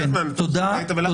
תודה.